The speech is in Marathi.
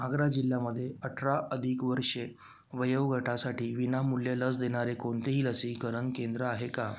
आग्रा जिल्ह्यामध्ये अठरा अधिक वर्षे वयोगटासाठी विनामूल्य लस देणारे कोणतेही लसीकरण केंद्र आहे का